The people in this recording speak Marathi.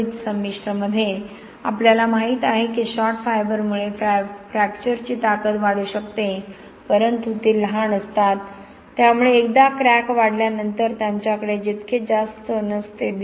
संकरित संमिश्र मध्ये आपल्याला माहित आहे की शॉर्ट फायबरमुळे फ्रॅक्चरची ताकद वाढू शकते परंतु ते लहान असतात त्यामुळे एकदा क्रॅक वाढल्यानंतर त्यांच्याकडे तितके जास्त नसते